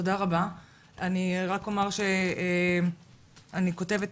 אני רק אומר שאני כותבת,